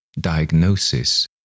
diagnosis